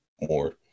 more